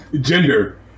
gender